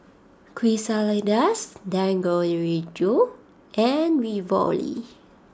Quesadillas Dangojiru and Ravioli